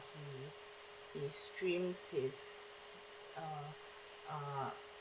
he he streams his uh uh